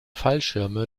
fallschirme